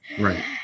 right